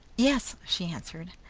yes, she answered.